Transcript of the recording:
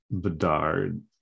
bedard